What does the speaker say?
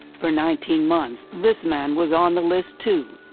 for nineteen months, this man was on the list, too.